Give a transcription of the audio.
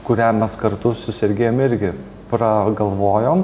kurią mes kartu su sergejum irgi pragalvojom